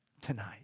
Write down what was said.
tonight